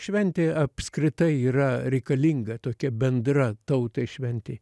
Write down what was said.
šventė apskritai yra reikalinga tokia bendra tautai šventė